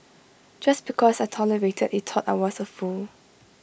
just because I tolerated he thought I was A fool